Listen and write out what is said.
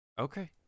Okay